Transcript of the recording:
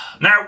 Now